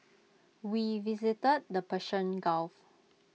we visited the Persian gulf